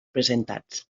presentats